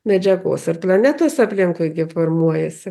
medžiagos ar planetos aplinkui gi formuojasi